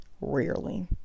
Rarely